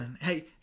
Hey